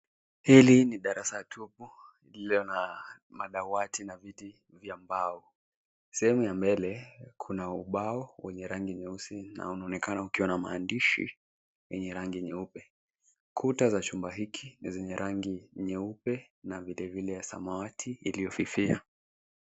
Hili ni darasa tupu lililo na madawati na viti vya mbao. Sehemu ya mbele kuna ubao wenye rangi nyeusi na unaonekana ukiwa na maandishi yenye rangi nyeupe. Kuta za chumba hiki ni zenye rangi nyeupe na vile vile samawati iliyofifia.